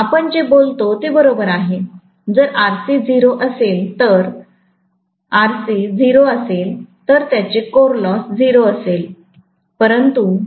आपण जे बोलता ते बरोबरआहे जर Rc 0 असेल किंवा जर Rc 0 असेल तर त्याचे कोर लॉस 0 असेल